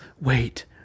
Wait